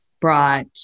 brought